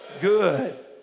good